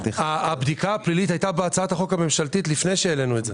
הבדיקה הפלילית הייתה בהצעת החוק הממשלתית לפני שהעלינו את זה.